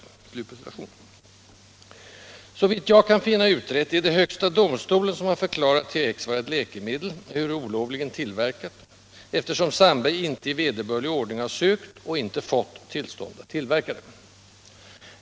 Såvitt jag kan finna utrett är det högsta domstolen som har förklarat THX vara ett läkemedel, ehuru olovligen tillverkat, eftersom Sandberg icke i vederbörlig ordning sökt och icke fått tillstånd att tillverka det.